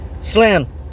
Slam